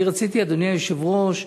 רציתי, אדוני היושב-ראש,